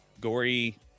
gory